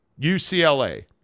UCLA